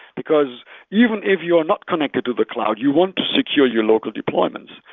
because even if you're not connected to the cloud, you want to secure your local deployments.